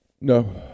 No